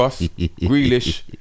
Grealish